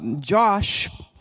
Josh